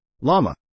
llama